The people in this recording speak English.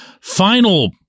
final